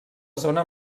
zona